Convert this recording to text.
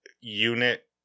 unit